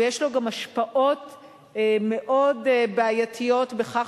ויש לזה גם השפעות מאוד בעייתיות בכך